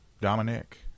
Dominic